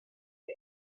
die